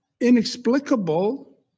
inexplicable